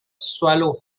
swallow